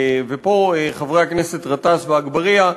ופה, חברי הכנסת גטאס ואגבאריה,